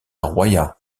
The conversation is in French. royat